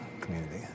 community